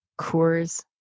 Coors